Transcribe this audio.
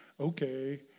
okay